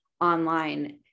online